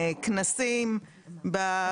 כנסים --- גליה,